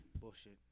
Bullshit